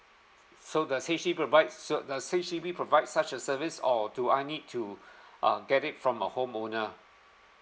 so does H_D_B provide so does H_D_B provide such a service or do I need to uh get it from a home owner